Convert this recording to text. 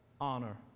Honor